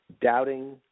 doubting